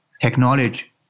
technology